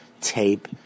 tape